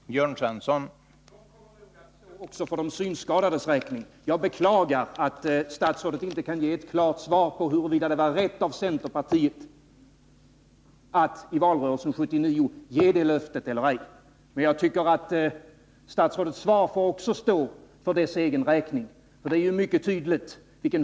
Herr talman! De kommer nog också att stå för de synskadades räkning. Jag beklagar att statsrådet inte kan ge ett klart svar på huruvida det var rätt av centerpartiet att i valrörelsen 1979 ge det löftet eller ej. Jag tycker att statsrådets svar också får stå för egen räkning.